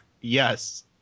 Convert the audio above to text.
Yes